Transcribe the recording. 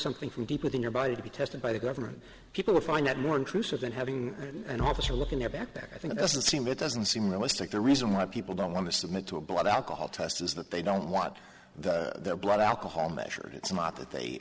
something from deep within your body to be tested by the government people would find that more intrusive than having an officer look in your backpack i think it doesn't seem it doesn't seem realistic the reason why people don't want to submit to a blood alcohol test is that they don't want their blood alcohol measured it's not that they